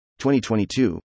2022